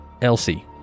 Elsie